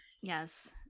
Yes